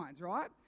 right